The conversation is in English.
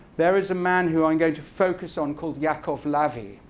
there is a man, who i'm going to focus on called yaacov lavie.